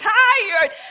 tired